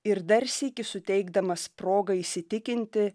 ir dar sykį suteikdamas progą įsitikinti